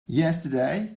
yesterday